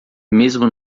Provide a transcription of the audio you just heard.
mesmo